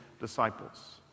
disciples